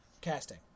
casting